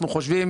אנחנו חושבים,